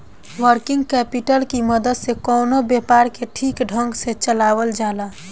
working capital की मदद से कवनो व्यापार के ठीक ढंग से चलावल जाला